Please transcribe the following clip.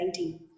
2019